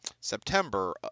September